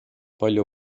palju